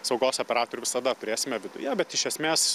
saugos operatorių visada turėsime viduje bet iš esmės